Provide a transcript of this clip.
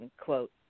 quote